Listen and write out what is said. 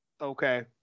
okay